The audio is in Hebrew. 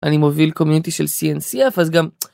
אני מוביל קומיונטי של CNCF אז גם.